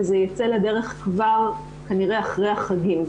וזה ייצא לדרך כנראה כבר אחרי החגים.